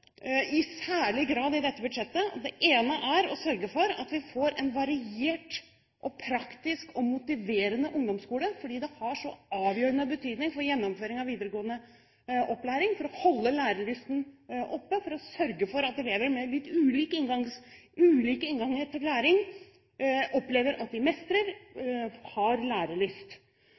i særlig grad i dette budsjettet. Det er å sørge for at vi får en variert, praktisk og motiverende ungdomsskole fordi det har en så avgjørende betydning for gjennomføringen av videregående opplæring – for å holde lærelysten oppe, for å sørge for at elever med litt ulike innganger til læring opplever at de mestrer og har